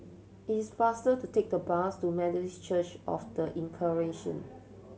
it's faster to take the bus to Methodist Church Of The Incarnation